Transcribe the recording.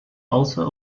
also